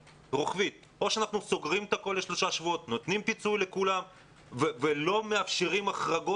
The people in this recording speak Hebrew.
אז מי שהוא היום ירוק הוא מחר צהוב ומוחרתיים כתום ואחרי מוחרתיים אדום.